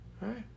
right